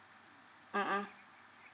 mmhmm